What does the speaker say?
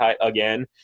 again